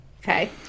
Okay